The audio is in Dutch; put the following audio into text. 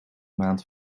maand